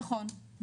נכון.